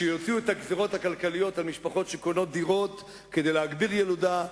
שיוציאו את הגזירות הכלכליות על משפחות שקונות דירות כדי להגביר ילודה,